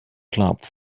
clubs